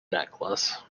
necklace